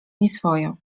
nieswojo